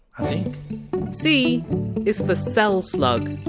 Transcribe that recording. i think c is for! cell slug!